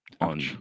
on